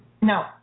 no